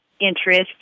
interest